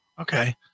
Okay